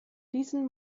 diesen